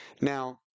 Now